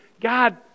God